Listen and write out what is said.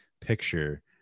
picture